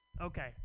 Okay